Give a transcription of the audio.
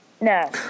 No